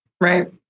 Right